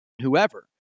whoever